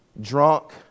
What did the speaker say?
drunk